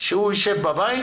שהוא ישב בבית